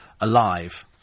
alive